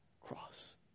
cross